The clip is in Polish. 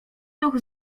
duch